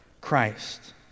christ